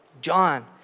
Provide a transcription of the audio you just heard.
John